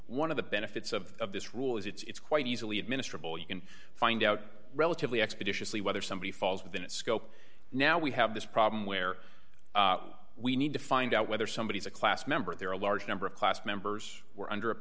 one of the benefits of this rule is it's quite easily administer ball you can find out relatively expeditiously whether somebody falls within its scope now we have this problem where we need to find out whether somebody is a class member there are a large number of class members were under